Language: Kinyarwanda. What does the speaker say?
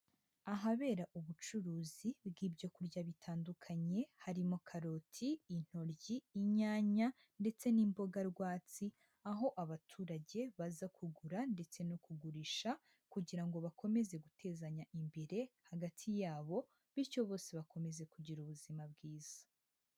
Ahabera ubucuruzi bw'ibyo kurya bitandukanye harimo karoti, intoryi, inyanya ndetse n'imboga rwatsi, aho abaturage baza kugura ndetse no kugurisha kugira ngo bakomeze gutezanya imbere hagati yabo bityo bose bakomeze kugira ubuzima bwiza.